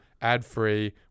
ad-free